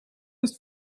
ist